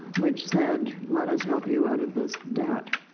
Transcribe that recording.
which said, let us help you out of this debt.